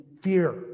fear